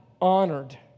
Honored